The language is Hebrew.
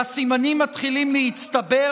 והסימנים מתחילים להצטבר.